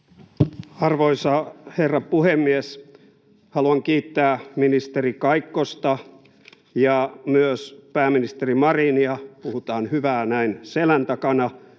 Arvoisa herra puhemies! Haluan kiittää ministeri Kaikkosta ja myös pääministeri Marinia — puhutaan hyvää näin selän takana